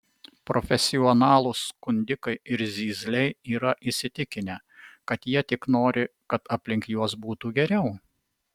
profesionalūs skundikai ir zyzliai yra įsitikinę kad jie tik nori kad aplink juos būtų geriau